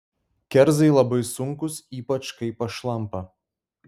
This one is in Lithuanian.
kerzai labai sunkūs ypač kai pašlampa